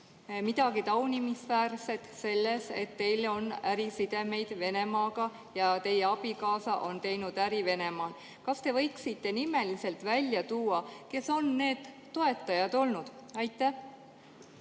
midagi taunimisväärset selles, et teil on ärisidemed Venemaaga ja et teie abikaasa on teinud äri Venemaal. Kas te võiksite nimeliselt välja tuua, kes on need toetajad olnud? Aitäh!